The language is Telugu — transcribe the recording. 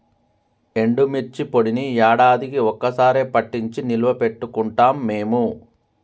ఎండుమిర్చి పొడిని యాడాదికీ ఒక్క సారె పట్టించి నిల్వ పెట్టుకుంటాం మేము